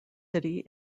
city